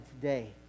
today